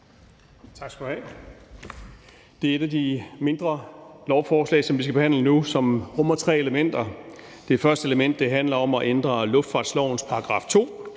Tak skal du have. Det er et af de mindre lovforslag, som vi skal behandle nu. Det rummer tre elementer. Det første element handler om at ændre luftfartslovens § 2,